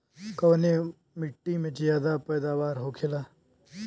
कवने मिट्टी में ज्यादा पैदावार होखेला?